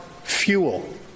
fuel